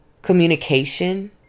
communication